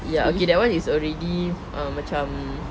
ya okay that one is already um macam